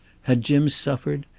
had jim suffered?